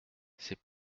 c’est